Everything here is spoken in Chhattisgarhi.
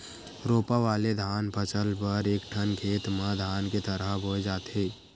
रोपा वाले धान फसल बर एकठन खेत म धान के थरहा बोए जाथे